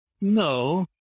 No